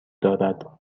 دارد